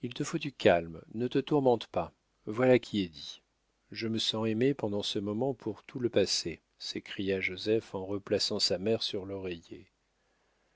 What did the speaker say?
il te faut du calme ne te tourmente pas voilà qui est dit je me sens aimé pendant ce moment pour tout le passé s'écria joseph en replaçant sa mère sur l'oreiller